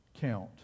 count